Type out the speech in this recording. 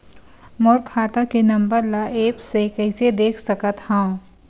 मोर खाता के नंबर ल एप्प से कइसे देख सकत हव?